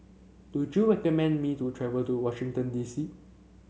do you recommend me to travel to Washington D C